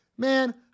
Man